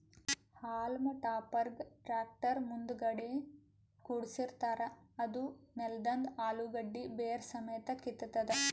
haulm ಟಾಪರ್ಗ್ tractor ಮುಂದಗಡಿ ಕುಡ್ಸಿರತಾರ್ ಅದೂ ನೆಲದಂದ್ ಅಲುಗಡ್ಡಿ ಬೇರ್ ಸಮೇತ್ ಕಿತ್ತತದ್